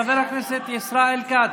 חבר הכנסת ישראל כץ,